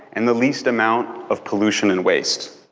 and the least amount of pollution and waste.